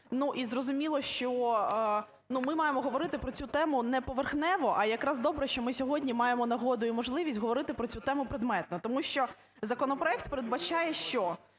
І зрозуміло, що ми маємо говорити про цю тему не поверхнево, а якраз добре, що ми сьогодні маємо нагоду і можливість говорити про цю тему предметно. Тому що законопроект передбачає, що